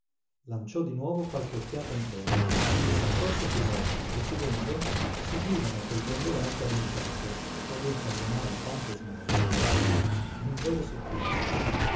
lanciò di nuovo qualche occhiata intorno e s'accorse che molti procedendo seguivano quel dondolar cadenzato che a lui cagionava tante smanie anzi un vero supplizio